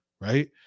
right